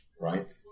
right